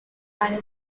and